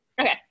Okay